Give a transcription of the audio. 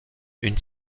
une